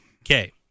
Okay